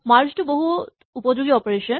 merge টো বহুত উপযোগী অপাৰেচন